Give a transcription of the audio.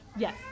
Yes